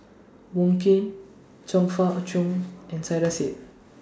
Wong Keen Chong Fah Cheong and Saiedah Said